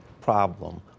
problem